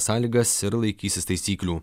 sąlygas ir laikysis taisyklių